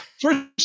First